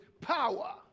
power